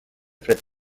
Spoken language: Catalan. fred